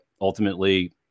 ultimately